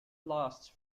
lasts